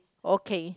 okay